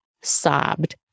sobbed